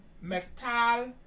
metal